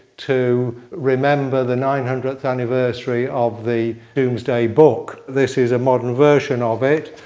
to remember the nine hundredth anniversary of the domesday book. this is a modern version of it.